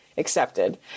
Accepted